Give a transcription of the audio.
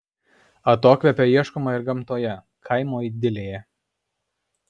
atokvėpio ieškoma ir gamtoje kaimo idilėje